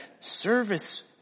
service